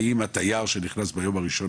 האם התייר שנכנס לארץ יעשה את זה ביומו הראשון?